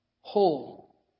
whole